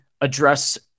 address